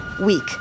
week